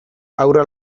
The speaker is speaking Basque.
haurra